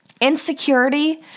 insecurity